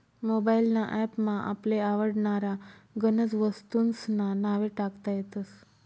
mobile ना app मा आपले आवडनारा गनज वस्तूंस्ना नावे टाकता येतस